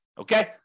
Okay